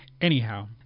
anyhow